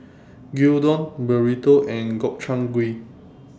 Gyudon Burrito and Gobchang Gui